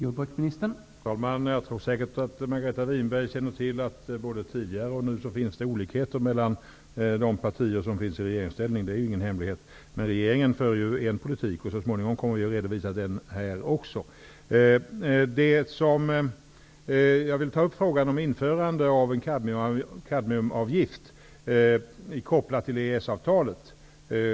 Herr talman! Jag tror säkert att Margareta Winberg känner till att det både tidigare och nu finns olikheter mellan de partier som finns i regeringsställning. Det är ingen hemlighet. Men regeringen för en politik, och så småningom kommer vi att redovisa den här. Jag vill ta upp frågan om införande av en kadmiumavgift kopplad till EES-avtalet.